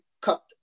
cut